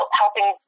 helping